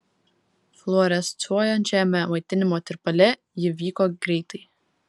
fluorescuojančiame maitinimo tirpale ji vyko greitai